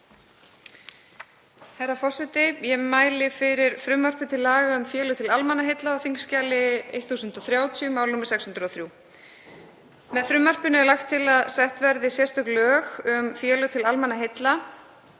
Herra forseti. Ég mæli fyrir frumvarpi til laga um félög til almannaheilla á þingskjali 1030, í máli nr. 603. Með frumvarpinu er lagt til að sett verði sérstök lög um félög til almannaheilla.